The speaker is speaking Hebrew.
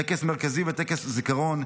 טקס מרכזי וטקס זיכרון,